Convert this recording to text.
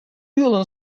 yılın